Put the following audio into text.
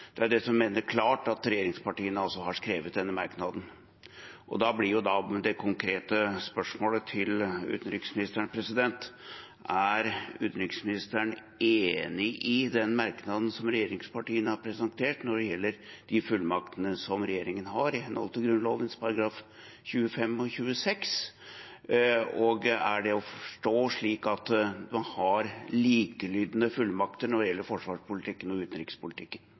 det er klart at regjeringspartiene har skrevet denne merknaden. Da blir det konkrete spørsmålet til utenriksministeren: Er utenriksministeren enig i den merknaden som regjeringspartiene har presentert når det gjelder de fullmaktene som regjeringen har i henhold til Grunnloven §§ 25 og 26, og er det å forstå slik at man har likelydende fullmakter når det gjelder forsvarspolitikken og utenrikspolitikken?